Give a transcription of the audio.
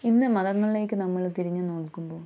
ഇന്ന് മതങ്ങളിലേക്ക് നമ്മള് തിരിഞ്ഞു നോക്കുമ്പോള്